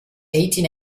eighteen